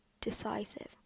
decisive